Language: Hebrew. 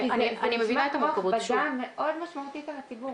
זה נשמע כמו הכבדה מאוד משמעותית על הציבור.